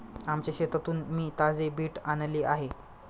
आमच्या शेतातून मी ताजे बीट आणले आहे